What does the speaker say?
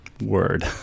word